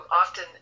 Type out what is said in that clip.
often